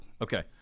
Okay